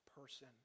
person